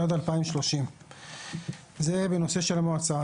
עד 2030. זה בנושא המועצה.